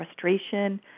frustration